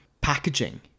packaging